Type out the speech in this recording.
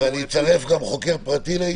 אז אצרף גם חוקר פרטי לעניין?